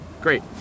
Great